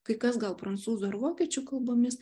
kai kas gal prancūzų ir vokiečių kalbomis